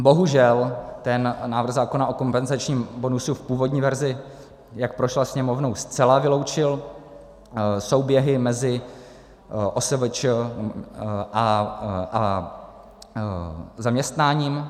Bohužel ten návrh zákona o kompenzačním bonusu v původní verzi, jak prošla Sněmovnou, zcela vyloučil souběhy mezi OSVČ a zaměstnáním.